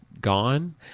gone